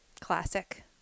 Classic